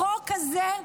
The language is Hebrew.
החוק הזה,